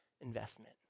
investment